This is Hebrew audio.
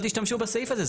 אל תשתמשו בסעיף הזה,